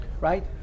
right